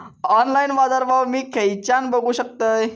Online बाजारभाव मी खेच्यान बघू शकतय?